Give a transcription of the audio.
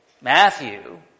Matthew